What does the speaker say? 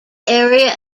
area